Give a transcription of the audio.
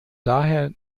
daher